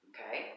Okay